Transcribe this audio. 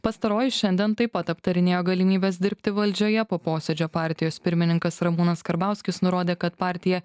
pastaroji šiandien taip pat aptarinėjo galimybes dirbti valdžioje po posėdžio partijos pirmininkas ramūnas karbauskis nurodė kad partija